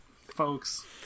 Folks